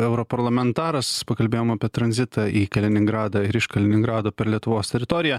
europarlamentaras pakalbėjom apie tranzitą į keliningradą ir iš kaliningrado per lietuvos teritoriją